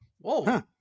whoa